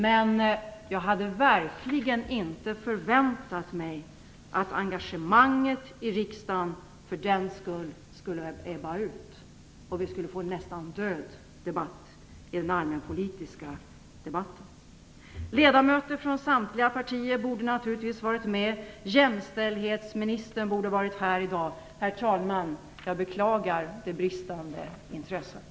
Men jag hade verkligen inte väntat mig att engagemanget i riksdagen för den skull skulle ebba ut och att vi skulle få en nästan död diskussion här i den allmänpolitiska debatten. Ledamöter från samtliga partier borde naturligtvis ha varit med, och jämställdhetsministern borde också ha varit med här i dag. Herr talman! Jag beklagar det bristande intresset.